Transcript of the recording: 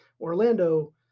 Orlando